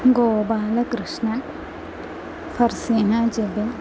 Gopalakrishnan Farzeena Jebin